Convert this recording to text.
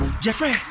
Jeffrey